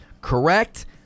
Correct